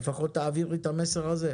לפחות תעבירי את המסר הזה.